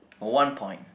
for one point